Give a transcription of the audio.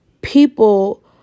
people